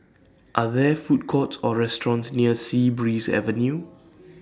Are There Food Courts Or restaurants near Sea Breeze Avenue